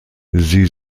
sie